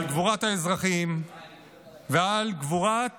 על גבורת האזרחים ועל גבורת